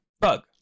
Bug